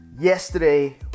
Yesterday